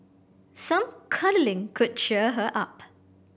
some cuddling could cheer her up